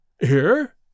Here